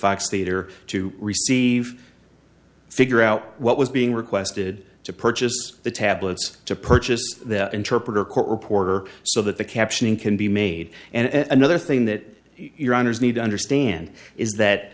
facts theater to receive figure out what was being requested to purchase the tablets to purchase the interpreter court reporter so that the captioning can be made and another thing that your owners need to understand is that